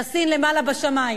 יאסין למעלה בשמים,